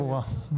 השאלה ברורה.